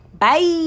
Bye